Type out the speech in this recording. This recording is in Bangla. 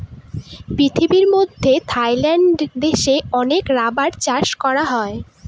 পৃথিবীর মধ্যে থাইল্যান্ড দেশে অনেক রাবার চাষ করা হয়